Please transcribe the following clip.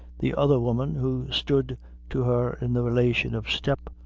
the other woman, who stood to her in the relation of step-mother,